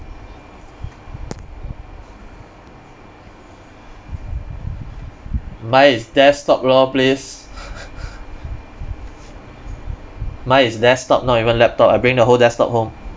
mine is desktop lor please mine is desktop not even laptop I bring the whole desktop home